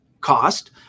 cost